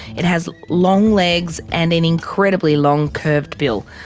it has long legs and an incredibly long curved bill.